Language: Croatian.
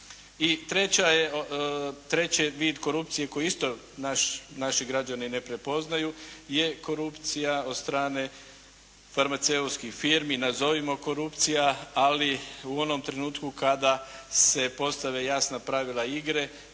I treći vid korupcije koji isto naši građani ne prepoznaju je korupcija od strane farmaceutskih firmi, nazovimo korupcija, ali u onom trenutku kada se postave jasna pravila igre